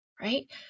right